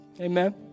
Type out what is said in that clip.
Amen